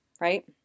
right